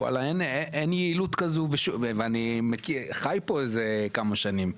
שאין יעילות כזו, אני חי פה כמה שנים,